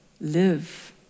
live